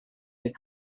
with